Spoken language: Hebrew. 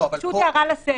זו הערה לסדר.